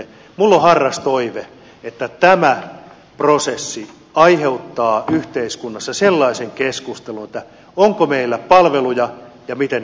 minulla on harras toive että tämä prosessi aiheuttaa yhteiskunnassa sellaisen keskustelun onko meillä palveluja ja miten